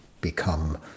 become